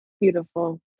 Beautiful